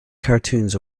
cartoons